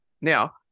Now